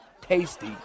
tasty